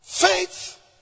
Faith